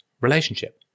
relationship